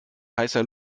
heißer